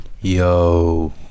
yo